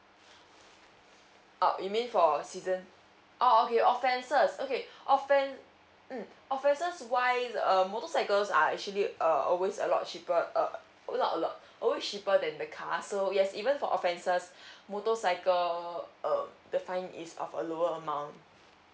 oh you mean for season orh okay offences okay offen~ mm offences wise uh motorcycles are actually err always a lot cheaper uh not a lot always cheaper than the car so yes even for offences motorcycle uh the fine is of a lower amount